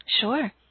Sure